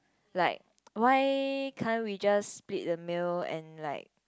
like why can't we just split the meal and like